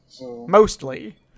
Mostly